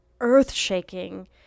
earth-shaking